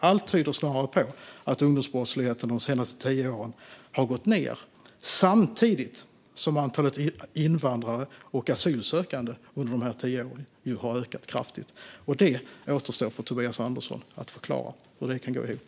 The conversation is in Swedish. Allt tyder snarare på att ungdomsbrottsligheten de senaste tio åren har gått ned - samtidigt som antalet invandrare och asylsökande under de här tio åren har ökat kraftigt. Det återstår för Tobias Andersson att förklara hur det går ihop.